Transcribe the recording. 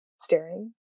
staring